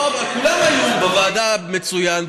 כולם היו בוועדה מצוין,